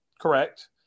Correct